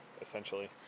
essentially